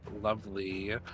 lovely